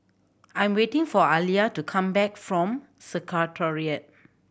I'm waiting for Aliya to come back from Secretariat